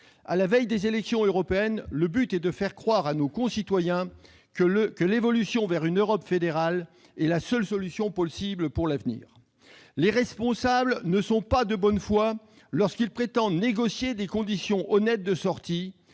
À la veille des élections européennes, le but est de faire croire à nos concitoyens que l'évolution vers une Europe fédérale est la seule solution possible pour l'avenir. Les responsables ne sont pas de bonne foi lorsqu'ils prétendent négocier des conditions honnêtes de sortie,